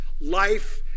Life